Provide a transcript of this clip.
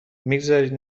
میگذارید